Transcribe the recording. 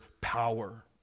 power